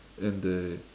and the